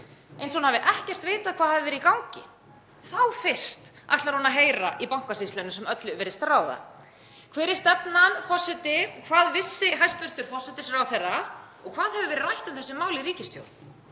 hún hafi ekkert vitað hvað hafi verið í gangi. Þá fyrst ætlar hún að heyra í Bankasýslunni sem öllu virðast ráða. Hver er stefnan, forseti? Hvað vissi hæstv. forsætisráðherra og hvað hefur verið rætt um þessi mál í ríkisstjórn?